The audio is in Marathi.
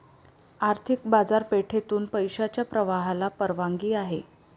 आर्थिक बाजारपेठेतून पैशाच्या प्रवाहाला परवानगी आहे